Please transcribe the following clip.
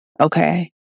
okay